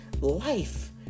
life